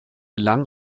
lang